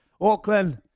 Auckland